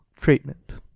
treatment